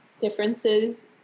differences